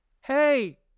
hey